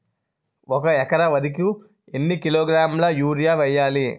ఒక ఎకర వరి కు ఎన్ని కిలోగ్రాముల యూరియా వెయ్యాలి?